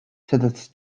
სადაც